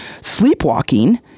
sleepwalking